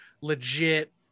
legit